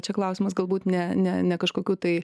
čia klausimas galbūt ne ne ne kažkokių tai